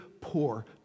poor